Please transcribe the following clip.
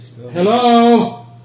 Hello